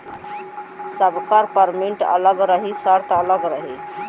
सबकर परमिट अलग रही सर्त अलग रही